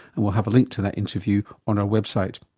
and we'll have a link to that interview on our website.